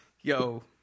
Yo